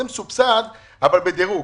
זה מסובסד אבל בדרוג.